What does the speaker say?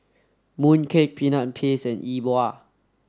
mooncake peanut paste and E Bua